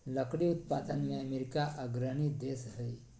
लकड़ी उत्पादन में अमेरिका अग्रणी देश हइ